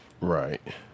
Right